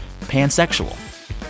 pansexual